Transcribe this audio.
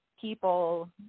people